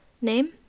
Name